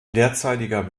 derzeitiger